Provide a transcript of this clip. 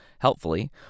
helpfully